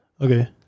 Okay